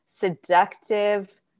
seductive